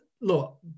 Look